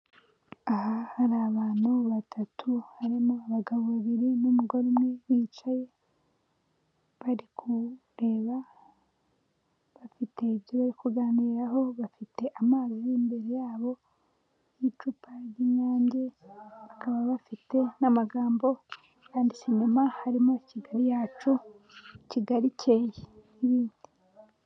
Aha hari abantu batatu harimo abagabo babiri n'umugore umwe bicaye bari kumureba bafite ibyo bari kuganiraho bafite amazi imbere yabo n'icupa ry'inyange bakaba bafite n'amagambo abanditse inyuma harimo Kigali yacu kigali icyeye nibindi.